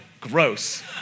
Gross